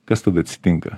kas tada atsitinka